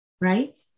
right